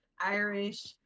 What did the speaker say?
Irish